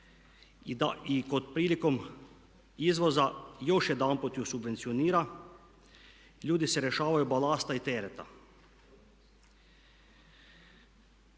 šalje i prilikom izvoza još jedanput je subvencionira, ljudi se rješavaju balasta i tereta.